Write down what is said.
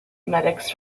medics